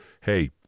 Hey